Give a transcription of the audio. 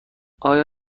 آیا